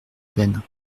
peine